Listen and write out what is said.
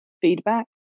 feedback